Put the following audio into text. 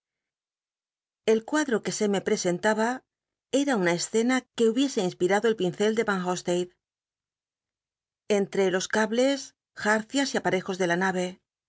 el cuadro que se me presentaba era una escena que hubiese inspirado el pincel de van o'lade enllc los cables jarcias y aparcjos de la na